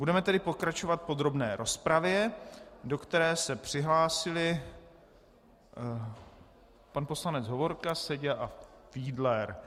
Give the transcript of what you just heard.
Budeme tedy pokračovat v podrobné rozpravě, do které se přihlásili pan poslanec Hovorka, Seďa a Fiedler.